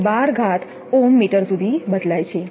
mt સુધી બદલાય છે